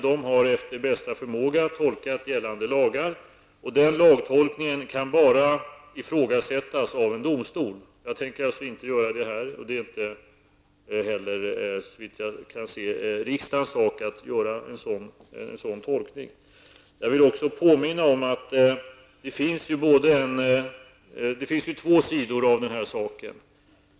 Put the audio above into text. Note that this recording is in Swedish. Det har efter bästa förmåga tolkat gällande lagar, och den lagtolkningen kan bara ifrågasättas av en domstol. Jag tänker alltså inte göra det här, och det är inte heller, såvitt jag kan se, riksdagens sak att göra en sådan tolkning. Jag vill också påminna om att det finns två sidor i den här frågan.